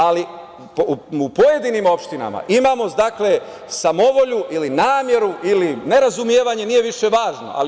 Ali, u pojedinim opštinama imamo samovolju ili nameru ili nerazumevanje, nije više ni važno.